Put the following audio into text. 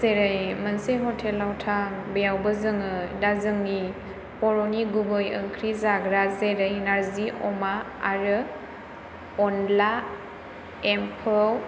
जेरै मोनसे हटेलाव थां बेयावबो जोङो दा जोंनि बर'नि गुबै ओंख्रि जाग्रा जेरै नारजि अमा आरो अनला एम्फौ